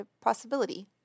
possibility